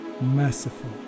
merciful